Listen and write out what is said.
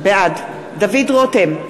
בעד דוד רותם,